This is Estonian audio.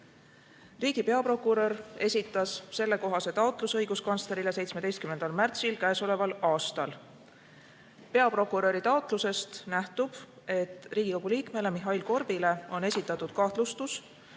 Riigi peaprokurör esitas sellekohase taotluse õiguskantslerile 17. märtsil käesoleval aastal. Peaprokuröri taotlusest nähtub, et Riigikogu liikmele Mihhail Korbile on esitatud kahtlustus